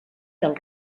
del